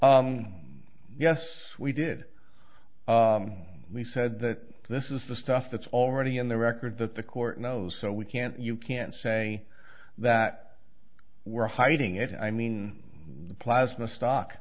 yes we did we said that this is the stuff that's already in the record that the court knows so we can't you can't say that we're hiding it i mean the plasma stock